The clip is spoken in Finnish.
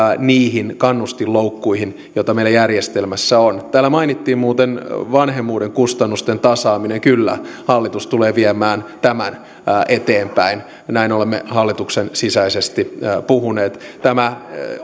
niihin kannustinloukkuihin joita meillä järjestelmässä on täällä mainittiin muuten vanhemmuuden kustannusten tasaaminen kyllä hallitus tulee viemään tämän eteenpäin näin olemme hallituksen sisäisesti puhuneet tämä